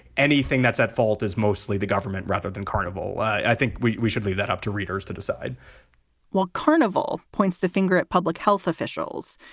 anything that's at fault is mostly the government rather than carnival. i think we we should leave that up to readers to decide well, carnival points the finger at public health officials.